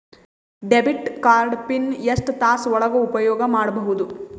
Debit card PIN ಎಷ್ಟ ತಾಸ ಒಳಗ ಉಪಯೋಗ ಮಾಡ್ಬಹುದು?